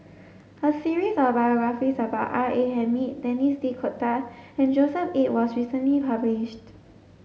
a series of biographies about R A Hamid Denis D'Cotta and Joshua Ip was recently published